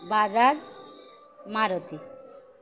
Bajaj Maruti